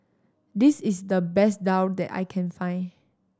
this is the best daal that I can find